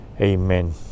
Amen